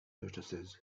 notices